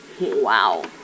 wow